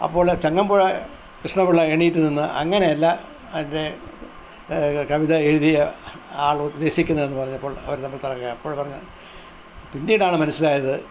അപ്പോൾ ചങ്ങമ്പുഴ കൃഷ്ണപിള്ള എഴുന്നേറ്റുനിന്ന് അങ്ങനെയല്ല അതിന്റെ കവിത എഴുതിയ ആള് ഉദ്ദേശിക്കുന്നേന്ന് പറഞ്ഞപ്പോൾ അവർ തമ്മിൽ തർക്കം അപ്പോൾ പറഞ്ഞ് പിന്നീടാണ് മനസ്സിലായത്